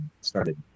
started